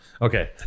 Okay